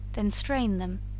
then strain them,